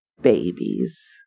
babies